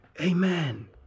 Amen